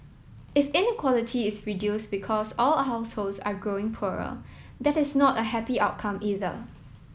if inequality is reduce because all households are growing poorer that is not a happy outcome either